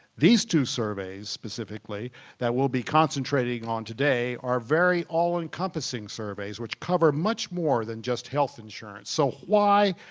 these two surveys specifically that we'll be concentrating on today are very all-encompassing surveys which cover much more than just health insurance. so why